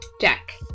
Jack